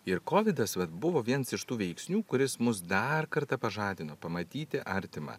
ir kovidas vat buvo viens iš tų veiksnių kuris mus dar kartą pažadino pamatyti artimą